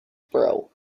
bro